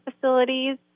facilities